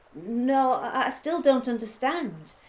no, i still don't understand.